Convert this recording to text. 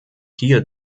hier